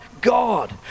God